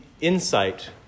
insight